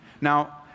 Now